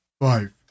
Five